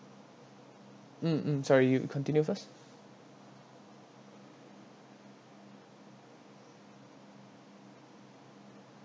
mm mm sorry you continue first